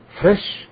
Fresh